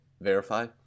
verify